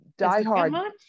diehard